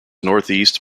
northeast